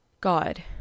God